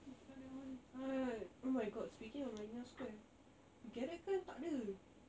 oh can't remem~ oh my god speaking of marina square Garrett kan tak ada